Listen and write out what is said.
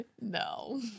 No